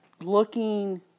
looking